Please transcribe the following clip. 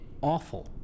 awful